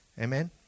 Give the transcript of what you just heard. Amen